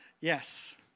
Yes